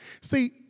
See